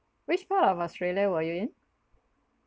which part of australia were you in